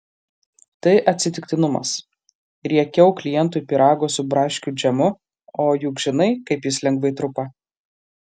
tai atsitiktinumas riekiau klientui pyrago su braškių džemu o juk žinai kaip jis lengvai trupa